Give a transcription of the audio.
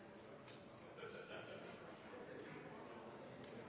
presidenten